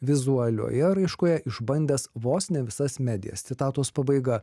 vizualioje raiškoje išbandęs vos ne visas medijas citatos pabaiga